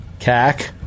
Cac